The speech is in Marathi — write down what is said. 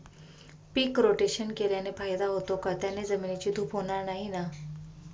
पीक रोटेशन केल्याने फायदा होतो का? त्याने जमिनीची धूप होणार नाही ना?